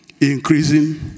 increasing